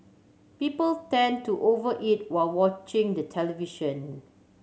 people tend to over eat while watching the television